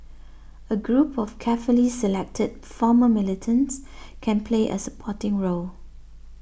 a group of carefully selected former militants can play a supporting role